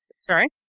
Sorry